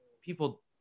people